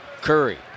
Curry